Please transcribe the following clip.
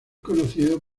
conocido